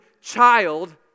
child